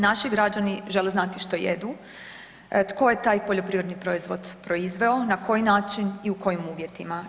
Naši građani žele znati što jedu, tko je taj poljoprivredni proizvod proizveo, na koji način i u kojim uvjetima.